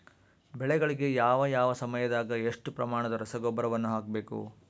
ಬೆಳೆಗಳಿಗೆ ಯಾವ ಯಾವ ಸಮಯದಾಗ ಎಷ್ಟು ಪ್ರಮಾಣದ ರಸಗೊಬ್ಬರವನ್ನು ಹಾಕಬೇಕು?